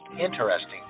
interesting